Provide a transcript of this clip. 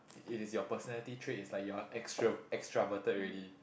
it is your personality traits it's like you are extra extroverted already